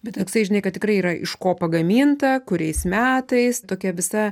bet toksai žinai kad tikrai yra iš ko pagaminta kuriais metais tokia visa